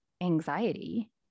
anxiety